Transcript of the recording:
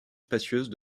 spacieuse